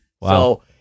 Wow